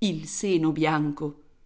il seno bianco